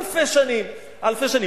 אלפי שנים, אלפי שנים.